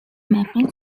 mapping